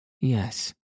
Yes